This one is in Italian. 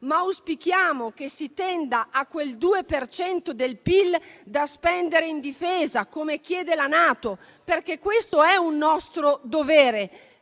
ma auspichiamo che si tenda a quel 2 per cento del PIL da spendere in difesa, come chiede la NATO, perché questo è un nostro dovere.